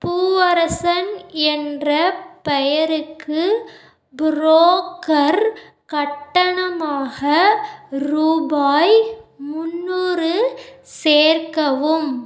பூவரசன் என்ற பெயருக்கு புரோக்கர் கட்டணமாக ரூபாய் முந்நூறு சேர்க்கவும்